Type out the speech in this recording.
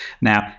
now